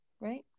right